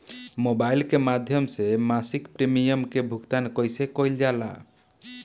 Mobile के माध्यम से मासिक प्रीमियम के भुगतान कैसे कइल जाला?